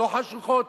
לא חשוכות,